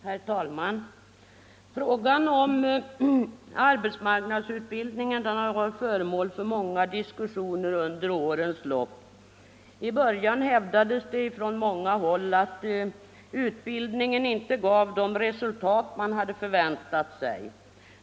Herr talman! Frågan om arbetsmarknadsutbildningen har varit föremål för många diskussioner under årens lopp. I början hävdades från många håll att utbildningen inte gav de resultat man hade väntat sig.